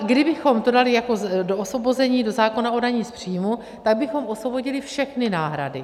Kdybychom to dali jako do osvobození do zákona o dani z příjmů, tak bychom osvobodili všechny náhrady.